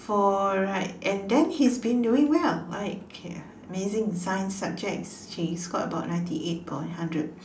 for right and then he's been doing well like amazing science subjects he scored about ninety eight upon hundred